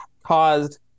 caused